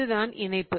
இதுதான் இணைப்பு